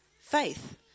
faith